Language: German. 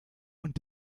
und